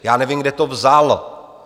Já nevím, kde to vzal.